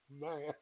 man